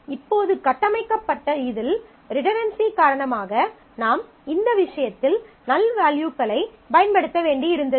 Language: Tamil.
இப்போது கட்டமைக்கப்பட்ட இதில் இந்த ரிடன்டன்சி காரணமாக நாம் இந்த விஷயத்தில் நல் வேல்யூக்களைப் பயன்படுத்த வேண்டியிருந்தது